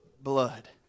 blood